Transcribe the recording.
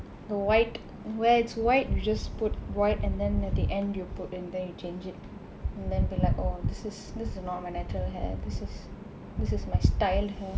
the white where it's white you just put white and then at the end you put in then you change it and then like oh this is this is not my natural hair this is this is my style hair